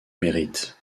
mérite